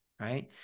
Right